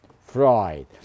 Freud